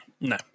no